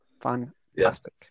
Fantastic